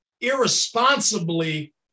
irresponsibly